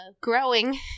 growing